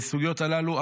בסוגיות הללו.